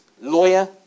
lawyer